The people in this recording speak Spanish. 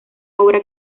obra